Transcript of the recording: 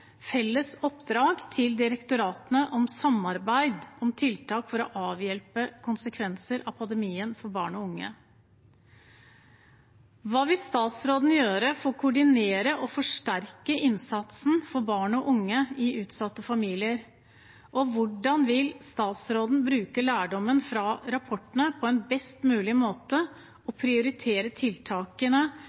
felles oppdrag til direktoratene om samarbeid om tiltak for å avhjelpe konsekvenser av pandemien for unge. Hva vil statsråden gjøre for å koordinere og forsterke innsatsen for barn og unge i utsatte familier, og hvordan vil statsråden bruke lærdommen fra rapportene på en best mulig måte og prioritere tiltakene